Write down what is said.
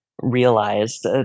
realized